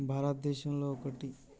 భారతదేశంలో ఒకటి